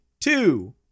two